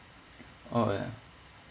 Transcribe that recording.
oh ya